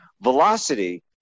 velocity